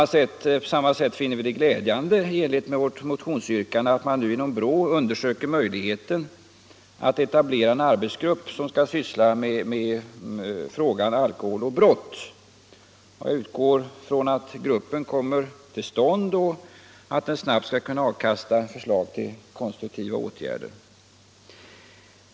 På samma sätt finner vi det i enlighet med motionsyrkandet glädjande att BRÅ nu undersöker möjligheten att etablera en arbetsgrupp som skall syssla med frågan alkohol och brott. Jag utgår från att gruppen kommer till stånd och att den snabbt skall kunna ge förslag till konstruktiva åtgärder.